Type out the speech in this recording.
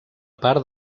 part